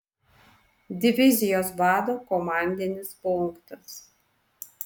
divizijos vado komandinis punktas